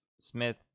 smith